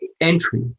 entry